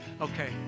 Okay